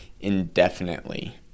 indefinitely